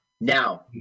now